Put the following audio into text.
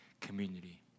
community